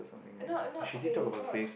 I know announce they swap